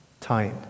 time